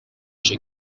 chez